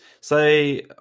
say